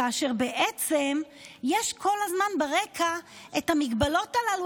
כאשר בעצם יש כל הזמן ברקע את המגבלות הללו,